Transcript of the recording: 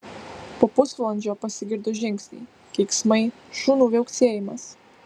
po pusvalandžio pasigirdo žingsniai keiksmai šunų viauksėjimas